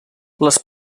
les